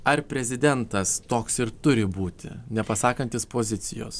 ar prezidentas toks ir turi būti nepasakantis pozicijos